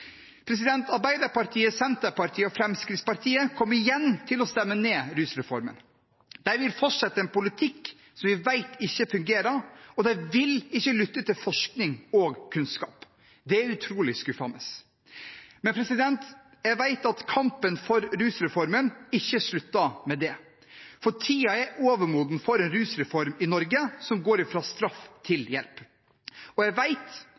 Arbeiderpartiet, Senterpartiet og Fremskrittspartiet kommer igjen til å stemme ned rusreformen. De vil fortsette en politikk som vi vet ikke fungerer, og de vil ikke lytte til forskning og kunnskap. Det er utrolig skuffende. Men jeg vet at kampen for rusreformen ikke slutter med det, for tiden er overmoden for en rusreform i Norge som går fra straff til hjelp. Jeg